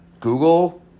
Google